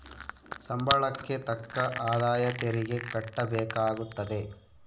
ಸಂಬಳಕ್ಕೆ ತಕ್ಕ ಆದಾಯ ತೆರಿಗೆ ಕಟ್ಟಬೇಕಾಗುತ್ತದೆ